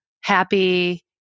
happy